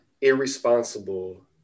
irresponsible